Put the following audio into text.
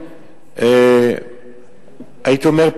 הייתי אומר,